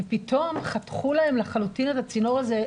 ופתאום חתכו להן לחלוטין את הצינור הזה.